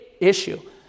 issue